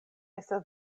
estas